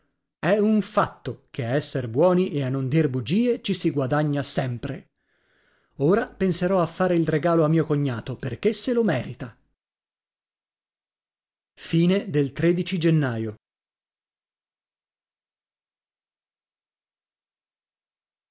è un fatto che a esser buoni e a non dir bugie ci si guadagna sempre ora penserò a fare il regalo a mio cognato perché se lo merita gennaio